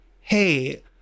hey